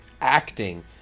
acting